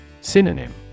Synonym